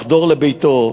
לחדור לביתו,